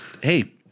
hey